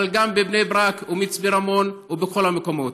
אבל גם בבני ברק ומצפה רמון ובכל המקומות.